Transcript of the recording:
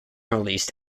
released